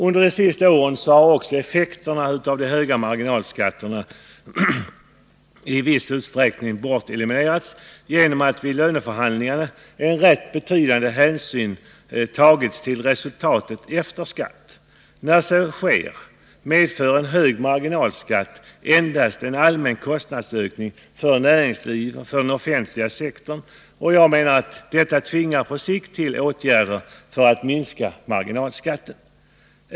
Under de senaste åren har också effekterna av de höga marginalskatterna i viss utsträckning eliminerats genom att vid löneförhandlingarna en rätt betydande hänsyn tagits till resultatet efter skatt. När så sker, medför en hög marginalskatt endast en allmän kostnadsökning för näringslivet och för den offentliga sektorn, och jag menar att detta tvingar på sikt till åtgärder för att minska marginalskatten.